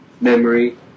memory